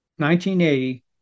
1980